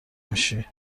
میشی